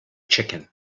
chicken